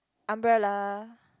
umbrella